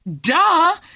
duh